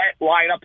lineup